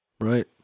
Right